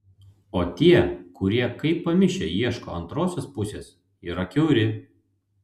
o tie kurie kaip pamišę ieško antrosios pusės yra kiauri